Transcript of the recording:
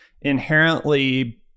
inherently